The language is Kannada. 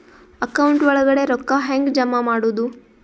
ಅಕೌಂಟ್ ಒಳಗಡೆ ರೊಕ್ಕ ಹೆಂಗ್ ಜಮಾ ಮಾಡುದು?